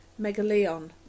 megalion